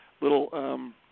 little